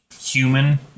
human